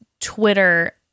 Twitter